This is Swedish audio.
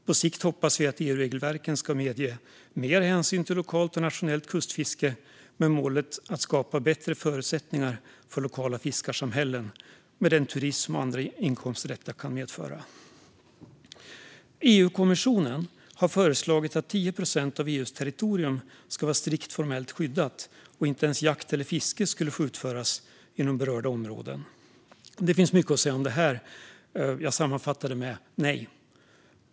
På sikt hoppas vi att EU-regelverken ska medge mer hänsyn till lokalt och nationellt kustfiske med målet att skapa bättre förutsättningar för lokala fiskarsamhällen, med den turism och andra inkomster som detta kan medföra. EU-kommissionen har föreslagit att 10 procent av EU:s territorium ska vara strikt formellt skyddat. Inte ens jakt eller fiske skulle få utföras inom berörda områden. Det finns mycket att säga om det. Jag sammanfattar det med: Nej!